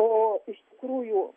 o iš tikrųjų